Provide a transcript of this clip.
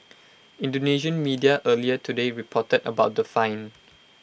Indonesian media earlier today reported about the fine